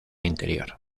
interior